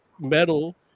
metal